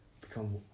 become